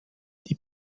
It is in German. die